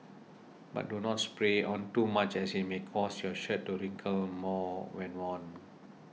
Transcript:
but do not spray on too much as it may cause your shirt to wrinkle more when worn